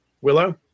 Willow